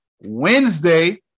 Wednesday